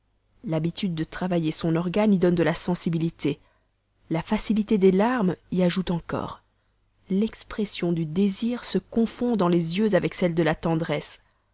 l'habitude de travailler son organe y donne de la sensibilité la facilité des larmes y ajoute encore l'expression du désir se confond dans les yeux avec celle de la tendresse